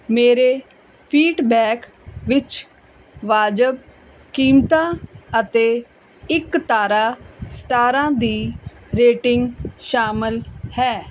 ਮੇਰੇ ਫੀਡਬੈਕ ਵਿੱਚ ਵਾਜਬ ਕੀਮਤਾਂ ਅਤੇ ਇੱਕ ਤਾਰਾ ਸਟਾਰਾਂ ਦੀ ਰੇਟਿੰਗ ਸ਼ਾਮਲ ਹੈ